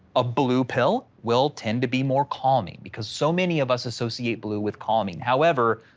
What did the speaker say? a blue pill will tend to be more calming because so many of us associate blue with calming. however,